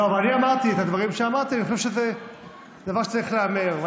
אני אמרתי את הדברים שאמרתי כי אני חושב שזה דבר שצריך להיאמר.